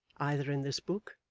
either in this book,